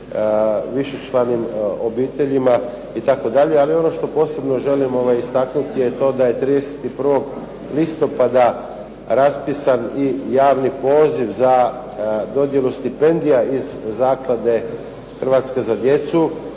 višečlanim obiteljima itd. Ali ono što posebno želim istaknuti je to da je 31. listopada raspisan i javni poziv za dodjelu stipendija iz zaklade Hrvatska za djecu.